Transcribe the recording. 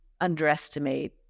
underestimate